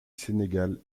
sénégal